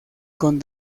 con